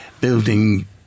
building